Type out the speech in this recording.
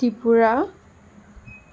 Tripura